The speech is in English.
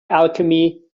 alchemy